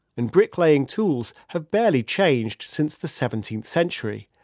and bricklaying tools have barely changed since the seventeenth century.